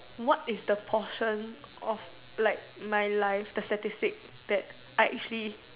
what is the portion of like my life the statistic that I actually